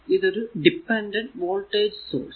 ഇതൊരു dependent voltage source